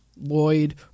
Lloyd